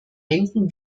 denken